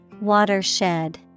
Watershed